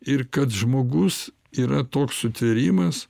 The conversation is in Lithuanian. ir kad žmogus yra toks sutvėrimas